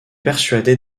persuadé